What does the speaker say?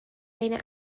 بین